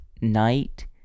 night